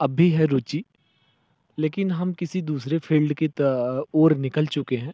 अब भी है रुचि लेकिन हम किसी दूसरे फील्ड की त ओर निकल चुके हैं